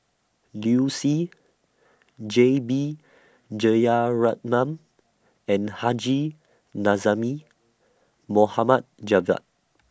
Liu Si J B Jeyaretnam and Haji Mohd Javad